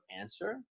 answer